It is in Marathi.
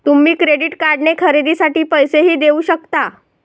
तुम्ही क्रेडिट कार्डने खरेदीसाठी पैसेही देऊ शकता